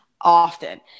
often